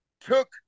took